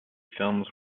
films